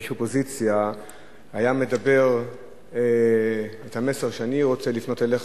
איש אופוזיציה והיה מדבר את המסר שאני רוצה לפנות בו אליך,